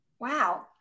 Wow